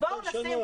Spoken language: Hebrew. אז בואו נשים,